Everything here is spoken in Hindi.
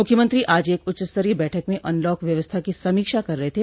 मुख्यमंत्री आज एक उच्चस्तरीय बैठक में अनलॉक व्यवस्था की समीक्षा कर रहे थे